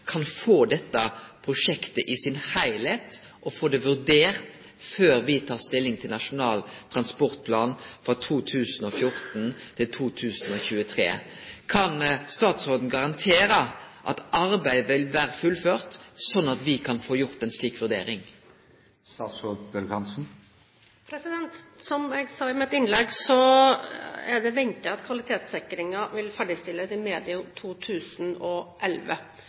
kan få heile dette prosjektet under eitt og få det vurdert før me tek stilling til Nasjonal transportplan for 2014–2023. Kan statsråden garantere at arbeidet vil vere fullført, slik at me kan få gjort ei slik vurdering? Som jeg sa i mitt innlegg, er det ventet at kvalitetssikringen vil ferdigstilles medio 2011.